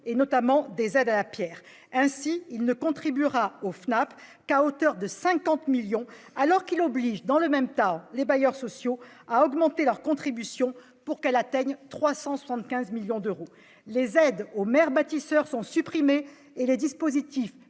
notamment des aides à la pierre. Ainsi, il ne contribuera au FNAP qu'à hauteur de 50 millions d'euros, alors qu'il oblige dans le même temps les bailleurs sociaux à augmenter leur contribution pour qu'elle atteigne 375 millions d'euros. Les aides aux maires bâtisseurs sont supprimées, le dispositif